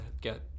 get